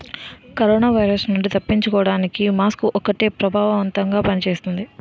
corona virus నుండి తప్పించుకోడానికి mask ఒక్కటే ప్రభావవంతంగా పని చేస్తుంది